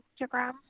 instagram